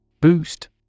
Boost